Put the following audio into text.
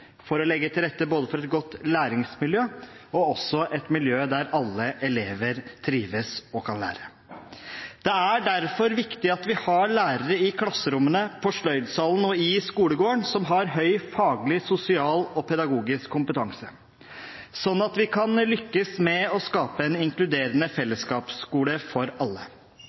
for å legge til rette både for et godt læringsmiljø og for et miljø der alle elever trives og kan lære. Det er derfor viktig at vi har lærere i klasserommene, på sløydsalen og i skolegården med høy faglig, sosial og pedagogisk kompetanse, sånn at vi kan lykkes med å skape en inkluderende fellesskapsskole for alle.